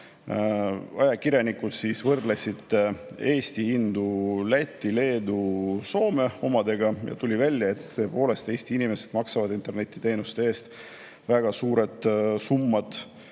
Ajakirjanikud võrdlesid Eesti hindu Läti, Leedu ja Soome omadega ja tuli välja, et tõepoolest Eesti inimesed maksavad internetiteenuste eest väga suured summad,